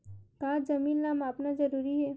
का जमीन ला मापना जरूरी हे?